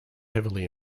heavily